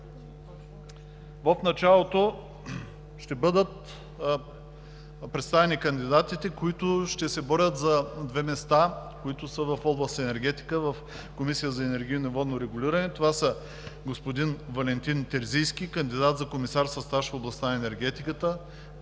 В началото ще бъдат представени кандидатите, които ще се борят за две места, които са в област „Енергетика“ в Комисията за енергийно и водно регулиране. Това са: господин Валентин Терзийски – кандидат за комисар със стаж в областта на енергетиката,